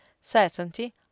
certainty